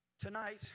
Tonight